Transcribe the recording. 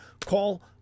call